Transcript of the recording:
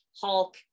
Hulk